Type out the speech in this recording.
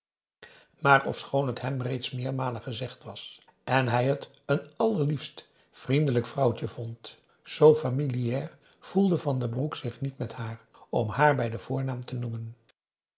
maar ofschoon het hem reeds meermalen gezegd was en hij het een allerliefst vriendelijk vrouwtje vond z familiaar voelde van den broek zich niet met haar om haar bij den voornaam te noemen